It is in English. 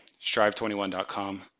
Strive21.com